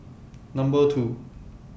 Number two